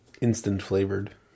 instant-flavored